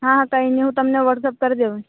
હા કંઈ નહિ હું તમને વોટ્સએપ કરી દેવું